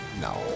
No